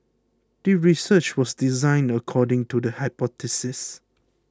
the research was designed according to the hypothesis